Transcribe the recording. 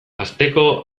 asteko